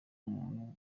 umuntu